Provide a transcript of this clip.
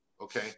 Okay